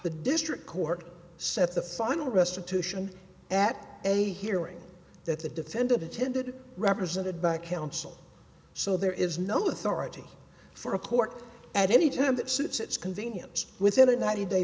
the district court set the final restitution at a hearing that the defendant attended represented by counsel so there is no authority for a court at any time that suits its convenience within a ninety day